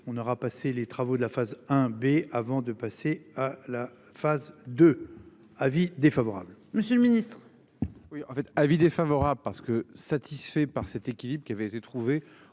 on aura passé les travaux de la phase 1 B avant de passer à la phase 2 avis défavorable. Monsieur le Ministre. Oui, en fait, avis défavorable, parce que satisfait par cet équilibre qui avait été trouvé